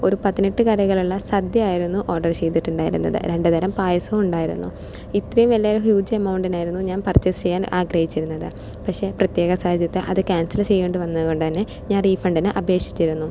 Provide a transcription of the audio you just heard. ഒരു പതിനെട്ട് കറികളുള്ള സദ്യയായിരുന്നു ഓർഡർ ചെയ്തിട്ടുണ്ടായിരുന്നത് രണ്ട് തരം പായസവും ഉണ്ടായിരുന്നു ഇത്രയും വലിയ ഹ്യൂജ് എമൗണ്ടിനായിരുന്നു ഞാൻ പർച്ചേയ്സ് ചെയ്യാൻ ആഗ്രഹിച്ചിരുന്നത് പക്ഷെ പ്രത്യേക സാഹചര്യത്തിൽ അത് ക്യാൻസൽ ചെയ്യേണ്ടി വന്നതുകൊണ്ടു തന്നെ ഞാൻ റീഫണ്ടിന് അപേക്ഷിച്ചിരുന്നു